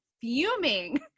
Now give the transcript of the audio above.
fuming